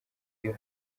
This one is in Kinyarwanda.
iyo